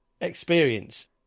experience